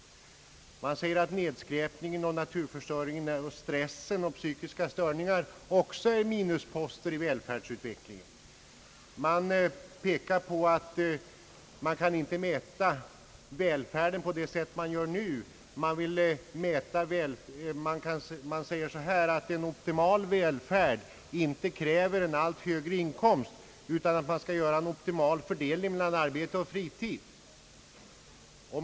Man säger att nedskräpningen, naturförstöringen, stressen och psykiska störningar också är minusposter i välfärdsutvecklingen. Man pekar på att man inte kan mäta välfärden på det sätt man gör nu. Man säger att en optimal välfärd inte kräver en allt högre inkomst, utan man skall göra en optimal fördelning mellan arbete och fritid.